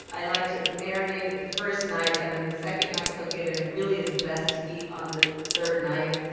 i like to marinate it the first night and then the second night cook it. and it really is best to eat on the third night.